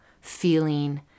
feeling